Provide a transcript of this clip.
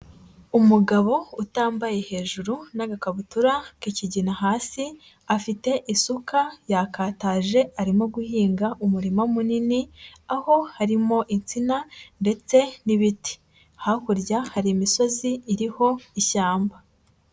Umugabo utambaye hejuru n'agakabutura k'ikigina hasi, afite isuka yakataje arimo guhinga umurima munini, aho harimo insina ndetse n'ibiti, hakurya hari imisozi iriho ishyamba.